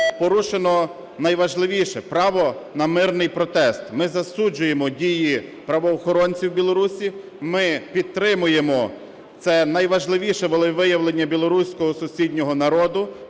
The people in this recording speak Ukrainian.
порушено найважливіше – право на мирний протест. Ми засуджуємо дії правоохоронців Білорусі. Ми підтримуємо це найважливіше волевиявлення білоруського сусіднього народу